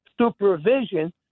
supervision